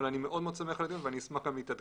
אבל אני שמח מאוד על הדיון ואני אשמח להתעדכן.